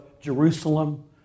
Jerusalem